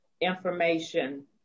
information